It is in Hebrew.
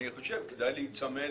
אני חושב שכדאי להיצמד